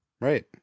Right